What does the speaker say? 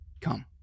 come